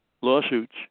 lawsuits